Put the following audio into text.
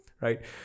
Right